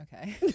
Okay